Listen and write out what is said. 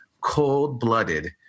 cold-blooded